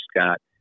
Scott